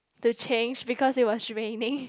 to change because it was raining